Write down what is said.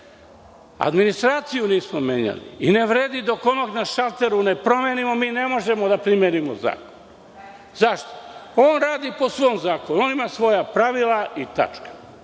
Administraciju nismo menjali i ne vredi. Dok onog na šalteru ne promenimo, mi ne možemo da primenimo zakon. Zašto? On radi po svom zakonu. Ima svoja pravila i tačka.